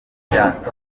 byanze